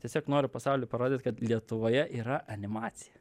tiesiog noriu pasauliui parodyt kad lietuvoje yra animacija